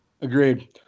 Agreed